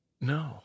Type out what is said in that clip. No